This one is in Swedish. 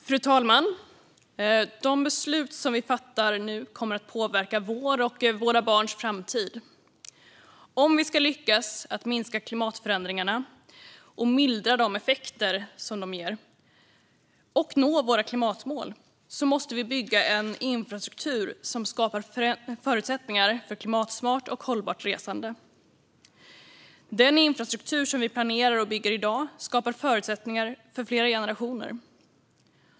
Fru talman! De beslut vi fattar nu kommer att påverka vår och våra barns framtid. Om vi ska lyckas minska klimatförändringarna och mildra de effekter dessa ger och nå våra klimatmål måste vi bygga en infrastruktur som skapar förutsättningar för klimatsmart och hållbart resande. Den infrastruktur vi planerar och bygger i dag skapar förutsättningar för flera generationer.